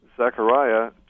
Zechariah